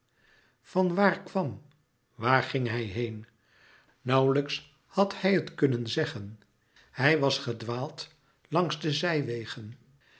van waar kwam waar ging hij heen nauwlijks had hij het kunnen zeggen hij was gedwaald langs de zijwegen